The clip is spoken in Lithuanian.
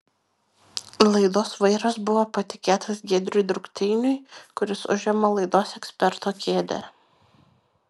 laidos vairas buvo patikėtas giedriui drukteiniui kuris užima laidos eksperto kėdę